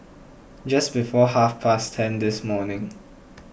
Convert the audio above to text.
just before half past ten this morning